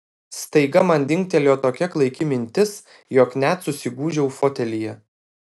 staiga man dingtelėjo tokia klaiki mintis jog net susigūžiau fotelyje